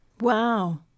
wow